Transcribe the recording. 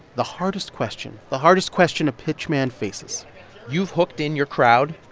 the hardest question the hardest question a pitch man faces you've hooked in your crowd.